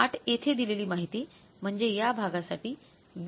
मग ते किती होणार आहे